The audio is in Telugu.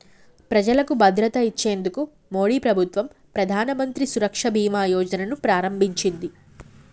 ప్రజలకు భద్రత ఇచ్చేందుకు మోడీ ప్రభుత్వం ప్రధానమంత్రి సురక్ష బీమా యోజన ను ప్రారంభించింది